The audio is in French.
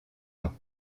ans